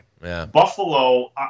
Buffalo